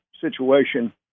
situation